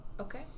Okay